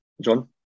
John